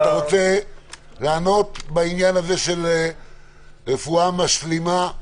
אתה רוצה לענות בעניין של רפואה משלימה?